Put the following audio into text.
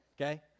okay